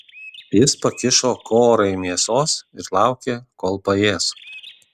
jis pakišo korai mėsos ir laukė kol paės